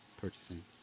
purchasing